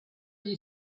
gli